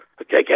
Okay